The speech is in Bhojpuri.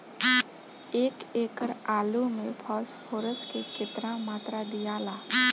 एक एकड़ आलू मे फास्फोरस के केतना मात्रा दियाला?